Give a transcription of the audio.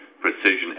precision